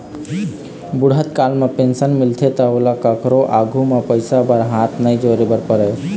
बूढ़त काल म पेंशन मिलथे त ओला कखरो आघु म पइसा बर हाथ नइ जोरे बर परय